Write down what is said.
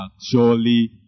surely